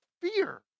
fear